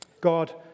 God